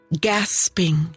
gasping